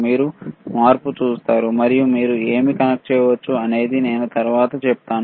మీరు మార్పు చూస్తారు మరియు మీరు ఏమి కనెక్ట్ చేయవచ్చు అనేది నేను తర్వాత చెప్తాను